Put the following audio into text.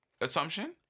assumption